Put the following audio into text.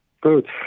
Good